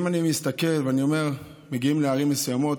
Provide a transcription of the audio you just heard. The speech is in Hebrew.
אם אני מסתכל, אני אומר, מגיעים לערים מסוימות,